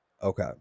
Okay